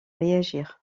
réagir